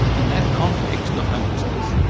in that context of homelessness,